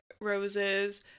roses